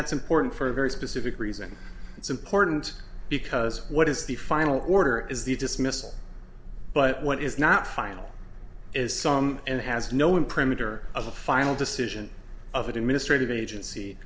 that's important for a very specific reason it's important because what is the final order is the dismissal but what is not final is some and has no imprimatur of the final decision of administrative agency